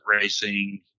racing